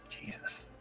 Jesus